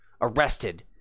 arrested